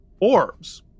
orbs